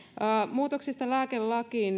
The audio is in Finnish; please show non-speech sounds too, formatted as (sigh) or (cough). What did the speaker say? muutoksista lääkelakiin (unintelligible)